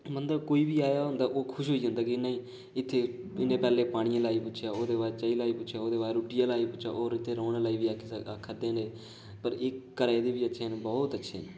मतलब कोई बी आया होंदा ऐ ओह् खुश होई जंदा ऐ के नेई इत्थै पैह्ले पानियें लेई पुच्छेआ ओह्दे बाद चाही लेई पुच्छेआ एह्दे बाद रुट्टी लाई पुच्छेआ और उत्थै रौह्ने लेई बी आखा करदे है पर ऐ घरा दे बी अच्छे न बहुत अच्छे न